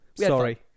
Sorry